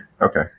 Okay